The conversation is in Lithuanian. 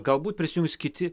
galbūt prisijungs kiti